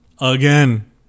Again